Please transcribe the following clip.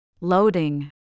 Loading